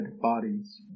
bodies